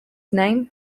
name